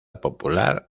popular